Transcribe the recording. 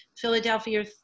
Philadelphia